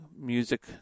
music